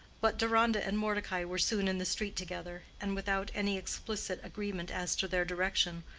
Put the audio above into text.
but deronda and mordecai were soon in the street together, and without any explicit agreement as to their direction,